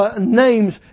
names